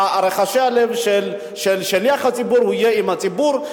רחשי הלב של שליח הציבור יהיו עם הציבור,